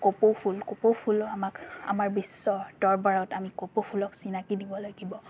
কপৌফুল কপৌফুলো আমাক আমাৰ বিশ্বৰ দৰবাৰত আমি কপৌফুলক চিনাকি দিব লাগিব